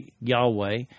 Yahweh